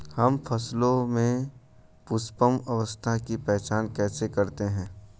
हम फसलों में पुष्पन अवस्था की पहचान कैसे करते हैं?